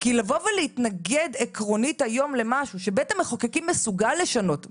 כי לבוא ולהתנגד עקרונית היום למשהו שבית המחוקקים מסוגל לשנות,